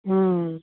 हूँ